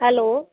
hello